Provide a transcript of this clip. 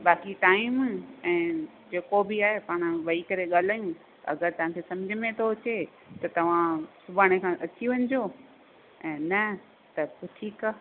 बाक़ी टाईम ऐं जेको बि आहे पाण वही करे ॻाल्हायूंं अगरि तव्हां खे सम्झ में थो अचे त तव्हां सुभाणे खां अची वञिजो ऐं न त पोइ ठीकु आहे